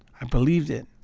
i believed it